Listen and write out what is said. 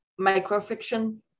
Microfiction